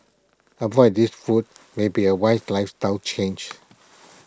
avoid these foods may be A wise lifestyle change